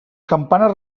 campanes